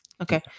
Okay